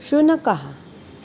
शुनकः